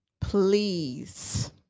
please